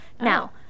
Now